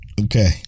Okay